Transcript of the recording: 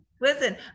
listen